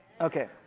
Okay